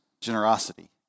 generosity